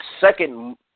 second